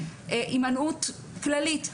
הימנעות כללית.